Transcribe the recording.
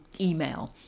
email